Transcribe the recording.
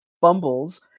Bumbles